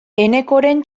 enekoren